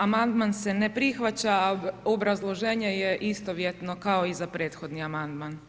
Amandman se ne prihvaća a obrazloženje je istovjetno kao i za prethodni amandman.